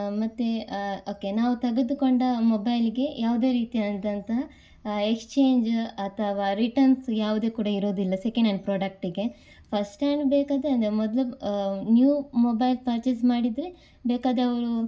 ಮತ್ತು ಓಕೆ ನಾವು ತೆಗೆದುಕೊಂಡ ಮೊಬೈಲ್ಗೆ ಯಾವುದೇ ರೀತಿಯಾದಂತಹ ಎಕ್ಸ್ಚೇಂಜ ಅಥವಾ ರಿಟರ್ನ್ಸ್ ಯಾವುದೇ ಕೂಡ ಇರುವುದಿಲ್ಲ ಸೆಕೆಂಡ್ ಆ್ಯಂಡ್ ಪ್ರಾಡಕ್ಟಿಗೆ ಫಸ್ಟ್ ಹ್ಯಾಂಡ್ ಬೇಕಂದರೆ ಅದೇ ಮೊದ್ಲು ನ್ಯೂ ಮೊಬೈಲ್ ಪರ್ಚೇಸ್ ಮಾಡಿದರೆ ಬೇಕಾದರೆ ಅವರು